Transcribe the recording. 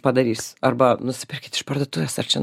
padarys arba nusipirkit iš parduotuves ar čia